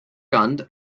gunned